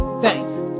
thanks